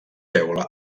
teula